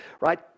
right